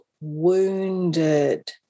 wounded